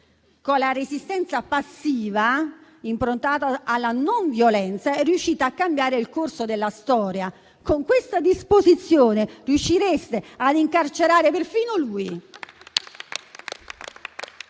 con la resistenza passiva improntata alla non violenza, è riuscito a cambiare il corso della storia. Con questa disposizione riuscireste ad incarcerare perfino lui.